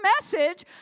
message